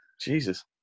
Jesus